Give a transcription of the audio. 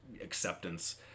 acceptance